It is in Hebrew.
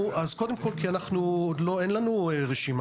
קודם כל, כי עוד אין לנו רשימה.